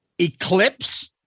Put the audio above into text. Eclipse